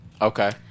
Okay